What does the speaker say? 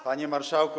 Panie Marszałku!